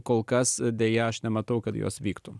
kol kas deja aš nematau kad jos vyktų